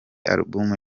album